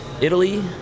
Italy